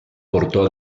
portò